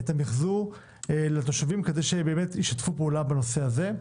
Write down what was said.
את המיחזור כדי שישתפו פעולה בנושא הזה.